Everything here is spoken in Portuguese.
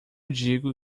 digo